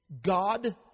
God